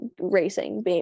racing